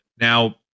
Now